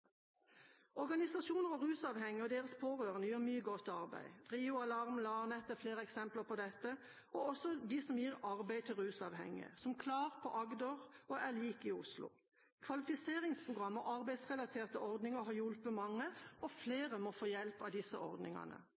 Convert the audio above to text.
Organisasjoner av rusavhengige og deres pårørende gjør mye godt arbeid. RIO, A-larm og LAR-Nett er flere eksempler på dette, og også de som gir arbeid til rusavhengige, som KLAR på Agder og =Oslo i Oslo. Kvalifiseringsprogram og arbeidsrelaterte ordninger har hjulpet mange, og flere må få hjelp av disse ordningene.